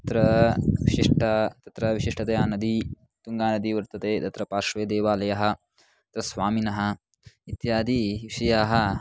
अत्र विशिष्टा तत्र विशिष्टतया नदी तुङ्गानदी वर्तते तत्र पार्श्वे देवालयः तत्स्वामिनः इत्यादिविषयाः